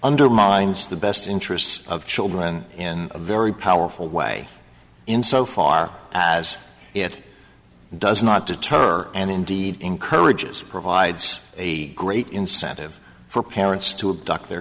undermines the best interests of children in a very powerful way in so far as it does not deter and indeed encourages provides a great incentive for parents to have doc their